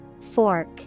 Fork